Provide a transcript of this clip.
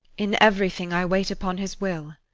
in everything i wait upon his will.